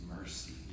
mercy